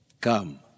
Come